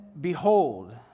behold